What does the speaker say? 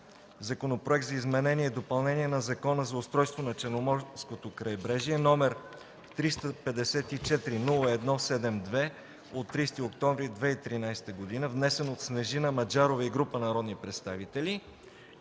Законопроект за изменение и допълнение на Закона за устройството на Черноморското крайбрежие, № 354-01-72 от 30 октомври 2013 г., внесен от Снежина Маджарова и група народни представители,